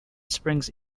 springs